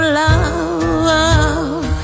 love